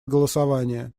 голосования